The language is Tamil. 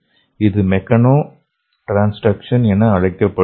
இது மெக்கானோ ட்ரான்ஸ்டக்சன் என்று அழைக்கப்படுகிறது